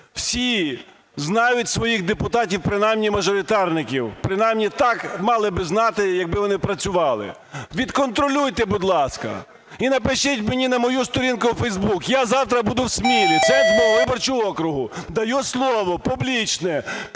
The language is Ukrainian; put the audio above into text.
всі знають своїх депутатів, принаймні мажоритарників, принаймні так мали би знати, якби вони працювали. Відконтролюйте, будь ласка, і напишіть мені на мою сторінку в фейсбук. Я завтра буду в Смілі – центр мого виборчого округу. Даю слово публічне,